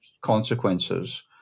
consequences